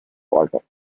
walter